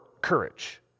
courage